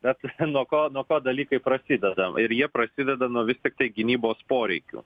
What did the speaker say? bet nuo ko nuo ko dalykai prasideda ir jie prasideda nuo vis tiktai gynybos poreikių